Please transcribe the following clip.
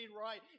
right